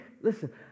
listen